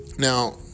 Now